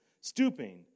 stooping